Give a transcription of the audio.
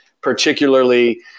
particularly